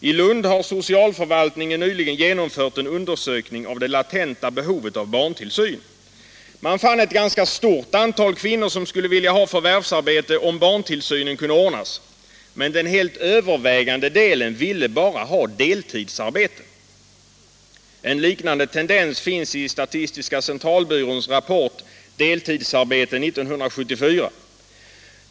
I Lund har socialförvaltningen nyligen genomfört en undersökning av det latenta behovet av barntillsyn. Man fann ett ganska stort antal kvinnor som skulle vilja ta förvärvsarbete, om barntillsynen kunde ordnas. Men den helt övervägande delen ville bara ha deltidsarbete. En liknande tendens finns i statistiska centralbyråns rapport Deltidsarbete 1974 .